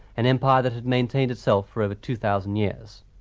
an empire that had maintained itself for over two thousand years.